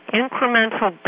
incremental